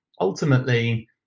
ultimately